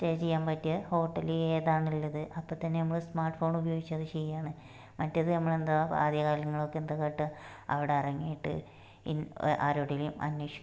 stay ചെയ്യാന് പറ്റിയ hotel ഏതാണ് ഉള്ളത് അപ്പം തന്നെ നമ്മൾ സ്മാര്ട്ട് ഫോൺ ഉപയോഗിച്ച് അത് ചെയ്യുവാണ് മറ്റേത് നമ്മൾ എന്താണ് ആദ്യ കാലങ്ങളൊക്കെ എന്താണ് കാട്ടുക അവിടെ ഇറങ്ങിയിട്ട് ഇന് ആരോടെങ്കിലും അന്വേഷിക്കും